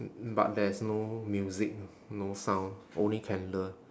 but there's no music no sound only candle